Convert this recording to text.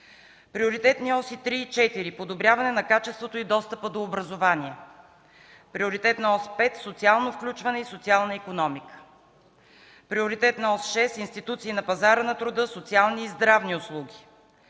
Приоритетни оси 3 и 4: подобряване на качеството и достъпа до образование; - Приоритетна ос 5: социално включване и социална икономика; - Приоритетна ос 6: институции на пазара на труда, социални и здравни услуги;